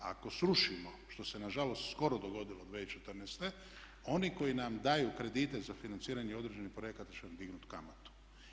Ako srušimo, što se nažalost skoro dogodilo 2014.oni koji nam daju kredite za financiranje određenih projekata to će nam dignuti kamatu.